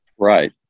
Right